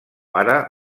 ara